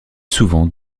souvent